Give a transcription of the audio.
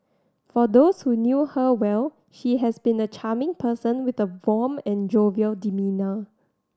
for those who knew her well he has been a charming person with a warm and jovial demeanour